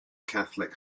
catholic